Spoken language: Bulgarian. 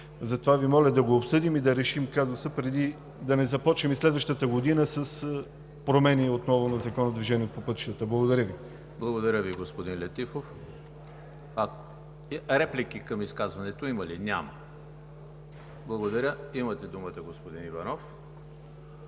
Затова Ви моля да го обсъдим и да решим казуса. Да не започнем и следващата година с промени отново на Закона за движение по пътищата. Благодаря Ви. ПРЕДСЕДАТЕЛ ЕМИЛ ХРИСТОВ: Благодаря Ви, господин Летифов. Реплики към изказването има ли? Няма. Имате думата, господин Иванов.